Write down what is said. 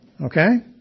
Okay